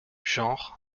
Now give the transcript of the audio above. genre